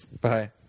Bye